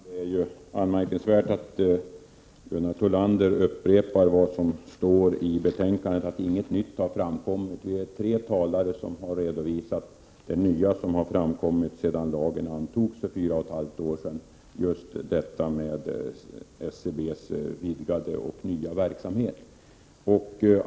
Herr talman! Det är anmärkningsvärt att Gunnar Thollander upprepar vad som står i betänkandet, att inget nytt har framkommit. Vi är tre talare som har redovisat det nya som har framkommit sedan lagen kom till för fyra och ett halvt år sedan, nämligen SBC:s utvidgade verksamhet.